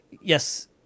yes